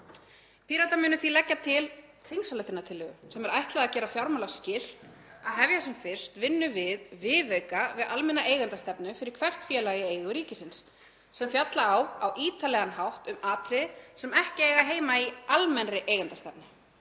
Píratar munu því leggja til þingsályktunartillögu sem er ætlað að gera fjármálaráðherra skylt að hefja sem fyrst vinnu við viðauka við almenna eigendastefnu fyrir hvert félag í eigu ríkisins sem fjalla á á ítarlegan hátt um atriði sem ekki eiga heima í almennri eigendastefnu.